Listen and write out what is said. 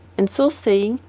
and so saying,